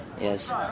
Yes